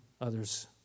Others